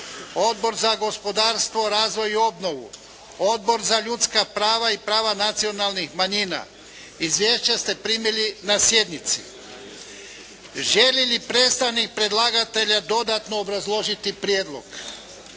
Odbor za gospodarstvo, razvoj i obnovu, Odbor za ljudska prava i prava nacionalnih manjina. Izvješće ste primili na sjednici. Želi li predstavnik predlagatelja dodatno obrazložiti prijedlog?